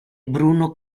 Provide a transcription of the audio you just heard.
bruno